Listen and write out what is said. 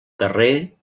carrer